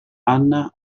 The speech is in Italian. anna